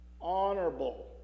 honorable